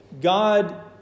God